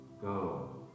Go